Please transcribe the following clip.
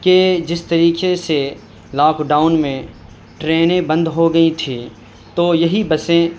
کہ جس طریقے سے لاک ڈاؤن میں ٹرینیں بند ہو گئی تھیں تو یہی بسیں